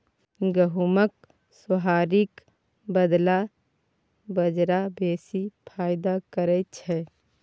गहुमक सोहारीक बदला बजरा बेसी फायदा करय छै